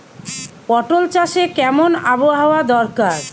পটল চাষে কেমন আবহাওয়া দরকার?